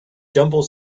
jumble